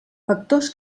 factors